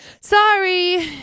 Sorry